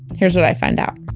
here's what i find out